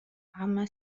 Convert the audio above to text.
عمّا